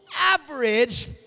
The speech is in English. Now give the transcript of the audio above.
average